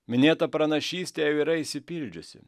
minėta pranašystė jau yra išsipildžiusi